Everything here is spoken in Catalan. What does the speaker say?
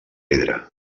pedra